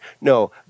No